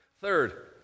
Third